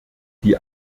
die